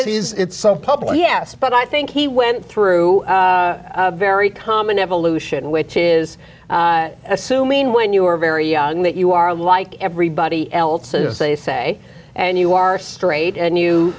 he is it's so public yes but i think he went through a very common evolution which is assuming when you are very young that you are like everybody else is they say and you are straight and you